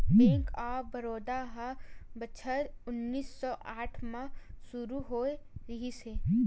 bank of Baroda ह बछर उन्नीस सौ आठ म सुरू होए रिहिस हे